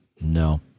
No